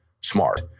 smart